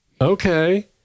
Okay